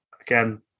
again